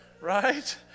Right